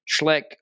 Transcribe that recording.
Schleck